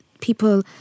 people